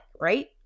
right